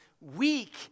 weak